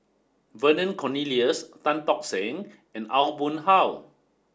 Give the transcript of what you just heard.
Vernon Cornelius Tan Tock Seng and Aw Boon Haw